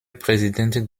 präsident